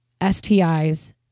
STIs